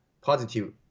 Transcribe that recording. positive